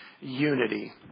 unity